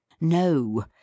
No